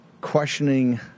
questioning